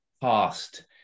past